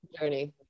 journey